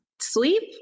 sleep